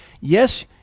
Yes